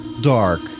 Dark